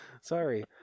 sorry